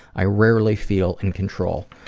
i rarely feel in control.